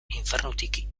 infernutik